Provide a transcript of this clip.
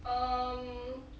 um